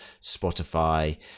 Spotify